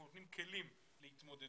אנחנו נותנים כלים להתמודדות.